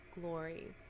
glory